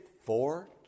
four